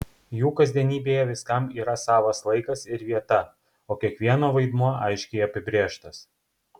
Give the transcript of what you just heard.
jų kasdienybėje viskam yra savas laikas ir vieta o kiekvieno vaidmuo aiškiai apibrėžtas